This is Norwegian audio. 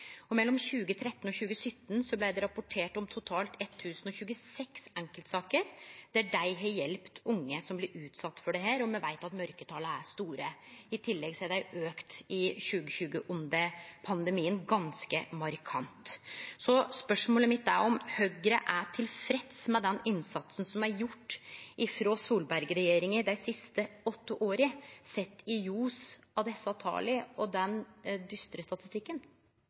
unge. Mellom 2013 og 2017 blei det rapportert om totalt 1 026 enkeltsaker der dei har hjelpt unge som blir utsette for dette, og me veit at mørketala er store. I tillegg har det auka ganske markant i 2020, under pandemien. Spørsmålet mitt er om Høgre er tilfreds med den innsatsen som er gjort frå Solberg-regjeringa dei siste åtte åra, sett i ljos av desse tala og den